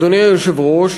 אדוני היושב-ראש,